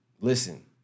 listen